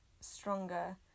stronger